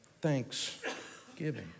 Thanksgiving